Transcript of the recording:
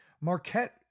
Marquette